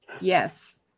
Yes